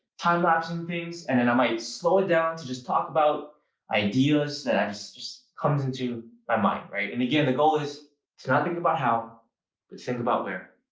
time-lapsing things, and then i might slow it down to just talk about ideas that just comes into my mind, right. and again, the goal is to not think about how but think about where